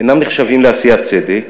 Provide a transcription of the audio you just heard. אינם נחשבים לעשיית צדק,